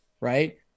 right